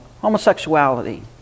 homosexuality